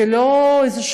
זה לא איזשהו,